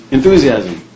Enthusiasm